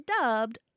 dubbed